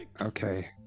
Okay